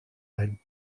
ein